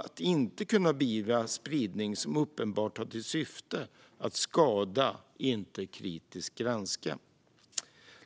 att inte kunna beivra spridning som uppenbart har till syfte att skada, inte att kritiskt granska.